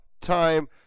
time